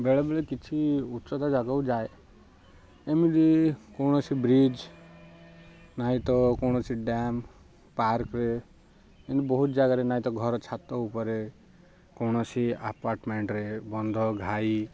ବେଳେବେଳେ କିଛି ଉଚ୍ଚତା ଜାଗାକୁ ଯାଏ ଏମିତି କୌଣସି ବ୍ରିଜ୍ ନାଇ ତ କୌଣସି ଡ୍ୟାମ୍ ପାର୍କରେ ଏମିତି ବହୁତ ଜାଗାରେ ନାଇ ତ ଘର ଛାତ ଉପରେ କୌଣସି ଆପାର୍ଟମେଣ୍ଟ୍ରେ ବନ୍ଧ ଘାଇ